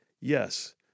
Yes